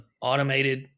automated